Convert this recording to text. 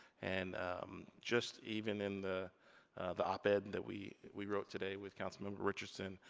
and just even in the the op ed that we we wrote today with council member richardson,